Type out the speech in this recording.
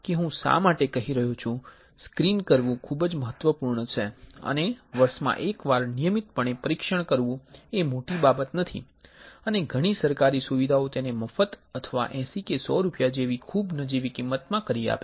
screen કરવુ ખૂબ જ મહત્વપૂર્ણ છે અને વર્ષમાં એકવાર નિયમિતપણે પરીક્ષણ કરવું એ મોટી બાબત નથી અને ઘણી સરકારી સુવિધાઓ તેને મફત અથવા 80 કે 100 રૂપિયા જેવી ખૂબ નજીવી કિંમતમાં કરી આપે છે